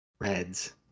Reds